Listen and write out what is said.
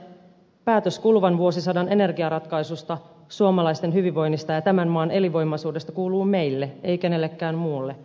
hyvät edustajat päätös kuluvan vuosisadan energiaratkaisusta suomalaisten hyvinvoinnista ja tämän maan elinvoimaisuudesta kuuluu meille ei kenellekään muulle